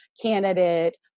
candidate